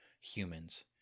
humans